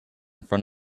front